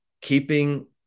keeping